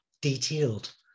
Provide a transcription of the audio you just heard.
detailed